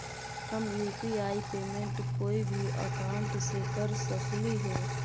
हम UPI payment कोई भी अकाउंट से कर सकली हे?